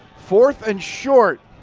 fourth and short.